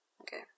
Okay